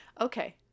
Okay